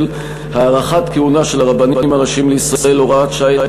(הארכת כהונה של הרבנים הראשיים לישראל) (הוראת שעה),